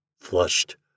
Flushed